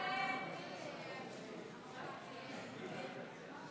47 בעד, 63 נגד, וגם